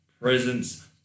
presence